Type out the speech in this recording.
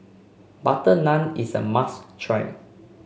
butter naan is a must try